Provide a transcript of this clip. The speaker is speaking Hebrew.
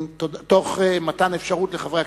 אין מתנגדים ואחד נמנע.